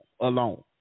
alone